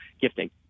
gifting